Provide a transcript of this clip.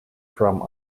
from